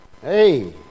Hey